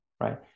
Right